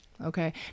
Okay